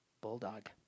bulldog